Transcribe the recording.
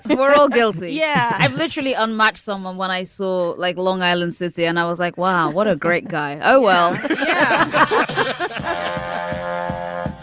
we're all guilty. yeah. i've literally unmatched someone when i saw like long island city and i was like wow what a great guy. oh well